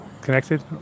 connected